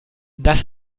das